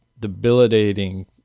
debilitating